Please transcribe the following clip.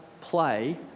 play